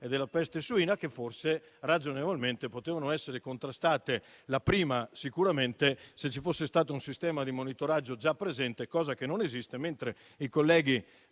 e della peste suina, che forse ragionevolmente potevano essere contrastate - la prima sicuramente - se ci fosse stato un sistema di monitoraggio già presente, che invece non esiste. I colleghi